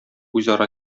үзара